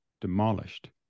demolished